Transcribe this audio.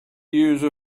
use